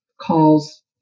calls